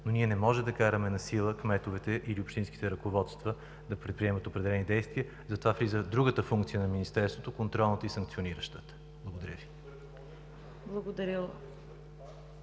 Ние не можем да караме насила кметовете или общинските ръководства да предприемат определени действия, затова влиза другата функция на Министерството – контролната и санкциониращата. ПРЕДСЕДАТЕЛ ЦВЕТА